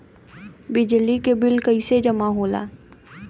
बिजली के बिल कैसे जमा होला?